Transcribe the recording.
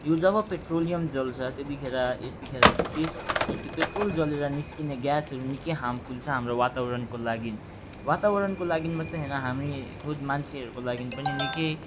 यो जब पेट्रोलियम जल्छ त्यतिखेर यतिखेर त्यस त्यो पेट्रोल जलेर निस्किने ग्यासहरू निकै हार्मफुल छ हाम्रो वातावरणको लागि वातावरणको लागि मात्रै होइन हामी बहुत मान्छेहरूको लागि पनि निकै